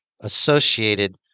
associated